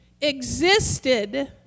existed